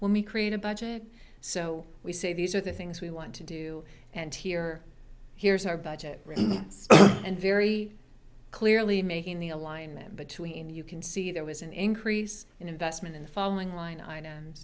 when we create a budget so we say these are the things we want to do and here here's our budget and very clearly making the alignment between you can see there was an increase in investment in the following line items